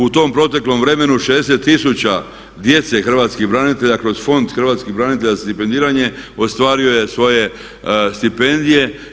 U tom proteklom vremenu 60000 djece hrvatskih branitelja kroz Fond hrvatskih branitelja stipendiranje ostvario je svoje stipendije.